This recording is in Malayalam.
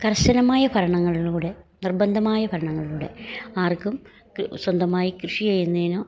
കർശനമായ ഭരണങ്ങളിലൂടെ നിർബന്ധമായ ഭരണങ്ങളിലൂടെ ആർക്കും സ്വന്തമായി കൃഷി ചെയ്യുന്നതിനോ